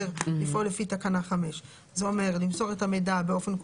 לפעול לפי תקנה 5. זה אומר למסור את המידע באופן כללי,